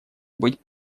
быть